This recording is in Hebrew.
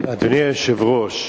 אדוני היושב-ראש,